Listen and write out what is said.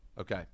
Okay